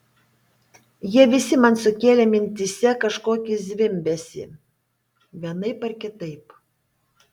jie visi man sukėlė mintyse kažkokį zvimbesį vienaip ar kitaip